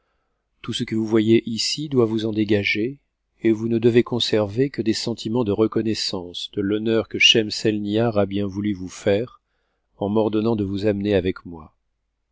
tout ce que vous voyez ici doit vous en dégager et vous ne devez conserver que des sentiments de reconnaissance de l'honneur que schemselnibar a bien voulu vous faire en m'ordonnant de vous amener avec moi